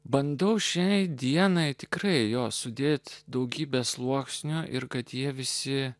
bandau šiai dienai tikrai jos sudėti daugybę sluoksnių ir kad jie visi